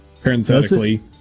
parenthetically